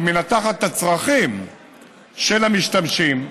מנתחת את הצרכים של המשתמשים,